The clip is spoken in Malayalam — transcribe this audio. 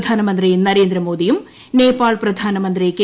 പ്രധാനമന്ത്രി നരേന്ദ്രമോദ്ടീയും നേപ്പാൾ പ്രധാനമന്ത്രി കെ